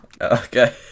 Okay